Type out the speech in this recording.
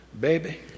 baby